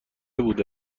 بوده